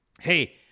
Hey